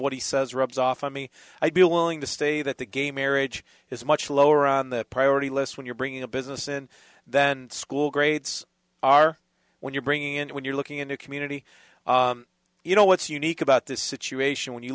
what he says rubs off on me i'd be willing to stay that the gay marriage is much lower on the priority list when you're bringing a business and then school grades are when you're bringing in when you're looking in a community you know what's unique about this situation when you